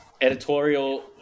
editorial